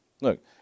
Look